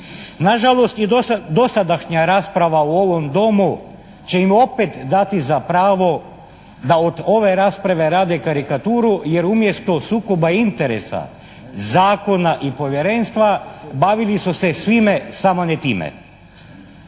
Na žalost je dosadašnja rasprava u ovom Domu će im opet dati za pravo da od ove rasprave rade karikaturu jer umjesto sukoba interesa, zakona i Povjerenstva bavili su se svime samo ne time.